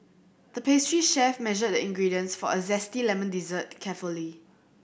the pastry chef measured the ingredients for a zesty lemon dessert carefully